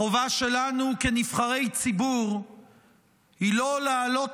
החובה שלנו כנבחרי ציבור היא לא לעלות